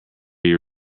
your